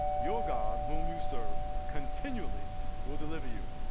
your god whom you serve continually will deliver you.